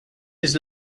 his